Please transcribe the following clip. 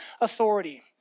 authority